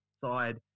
side